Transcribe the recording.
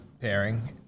pairing